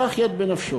והוא שלח יד בנפשו.